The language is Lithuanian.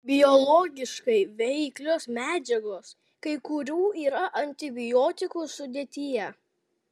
biologiškai veiklios medžiagos kai kurių yra antibiotikų sudėtyje